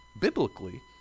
biblically